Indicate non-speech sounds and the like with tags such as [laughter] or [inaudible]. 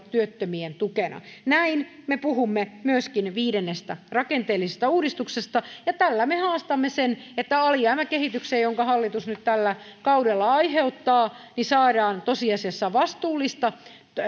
[unintelligible] työttömien tukena näin me puhumme myöskin viidennestä rakenteellisesta uudistuksesta ja tällä me haastamme sen että alijäämäkehitykseen jonka hallitus nyt tällä kaudella aiheuttaa saadaan tosiasiassa vastuullisia